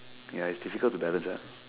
ya it's difficult to balance